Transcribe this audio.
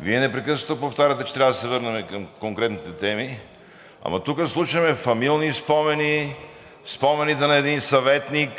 Вие непрекъснато повтаряте, че трябва да се върнем към конкретните теми, ама тук слушаме фамилни спомени, спомените на един съветник.